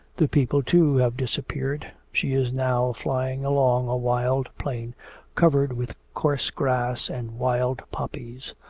the people too have disappeared. she is now flying along a wild plain covered with coarse grass and wild poppies.